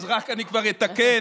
אז רק אני כבר אתקן.